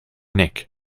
nek